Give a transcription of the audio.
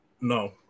No